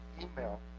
email